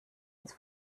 ins